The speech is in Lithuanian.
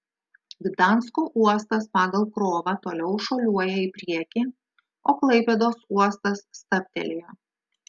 gdansko uostas pagal krovą toliau šuoliuoja į priekį o klaipėdos uostas stabtelėjo